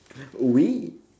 oui